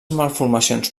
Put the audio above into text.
malformacions